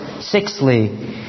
Sixthly